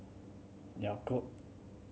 Yakult